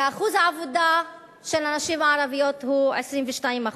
ואחוז העבודה של הנשים הערביות הוא 22%,